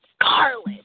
scarlet